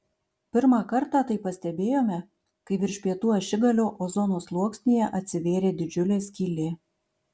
pirmą kartą tai pastebėjome kai virš pietų ašigalio ozono sluoksnyje atsivėrė didžiulė skylė